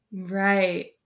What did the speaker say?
Right